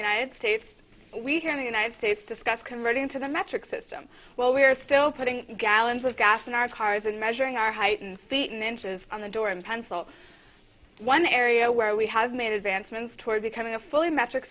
united states we here in the united states discussed converting to the metric system well we're still putting gallons of gas in our cars and measuring our height and feet and inches on the door and pencil one area where we have made advancements toward becoming a fully metric